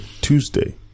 Tuesday